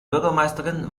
bürgermeisterin